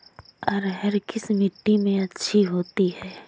अरहर किस मिट्टी में अच्छी होती है?